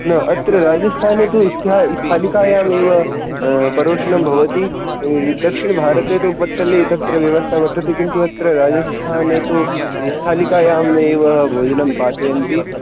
न अत्र राजस्थाने तु स्थालिकायाम् एव परोशनं भवति दक्षिणभारते तु पत्तले तत्र व्यवस्था वर्तते किन्तु अत्र राजस्थाने तु स्थालिकायाम् एव भोजनं पाचयन्ति